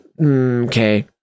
okay